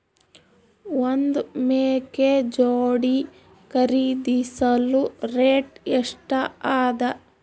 ಒಂದ್ ಮೇಕೆ ಜೋಡಿ ಖರಿದಿಸಲು ರೇಟ್ ಎಷ್ಟ ಅದ?